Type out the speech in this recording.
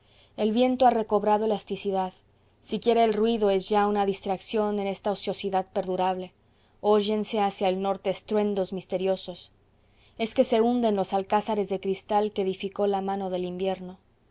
el viento ha recobrado elasticidad siquiera el ruido es ya una distracción en esta ociosidad perdurable óyense hacia el norte estruendos misteriosos es que se hunden los alcázares de cristal que edificó la mano del invierno